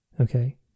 okay